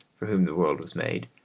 for whom the world was made,